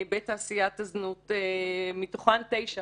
בתעשיית הזנות, מתוכן תשע